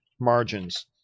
margins